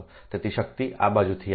તેથી શક્તિ આ બાજુથી આવશે